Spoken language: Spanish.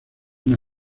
una